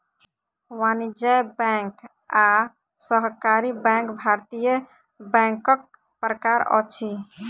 वाणिज्य बैंक आ सहकारी बैंक भारतीय बैंकक प्रकार अछि